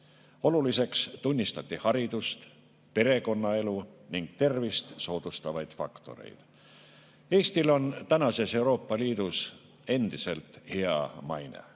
Oluliseks tunnistati haridust, perekonnaelu ja tervist soodustavaid faktoreid. Eestil on tänases Euroopa Liidus endiselt hea maine.